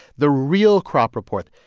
the real crop report,